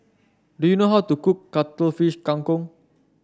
do you know how to cook Cuttlefish Kang Kong